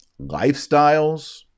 lifestyles